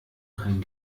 kein